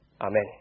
Amen